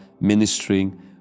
ministering